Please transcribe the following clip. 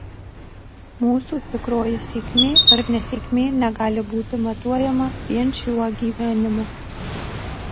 mūsų tikroji sėkmė ar nesėkmė negali būti matuojama vien šiuo gyvenimu